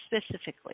specifically